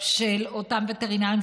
של אותם וטרינרים,